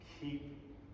Keep